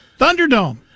thunderdome